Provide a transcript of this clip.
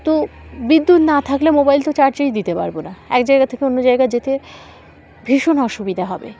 তো বিদ্যুৎ না থাকলে মোবাইল তো চার্জেই দিতে পারবো না এক জায়গা থেকে অন্য জায়গা যেতে ভীষণ অসুবিধা হবে